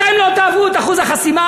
אתם לא תעברו את אחוז החסימה.